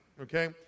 Okay